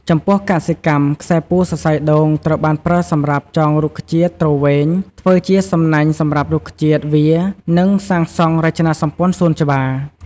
ចំពោះកសិកម្ម ខ្សែពួរសរសៃដូងត្រូវបានប្រើសម្រាប់ ចងរុក្ខជាតិទ្រវែង ធ្វើជាសំណាញ់សម្រាប់រុក្ខជាតិវារ និងសាងសង់រចនាសម្ព័ន្ធសួនច្បារ។